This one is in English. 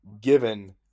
given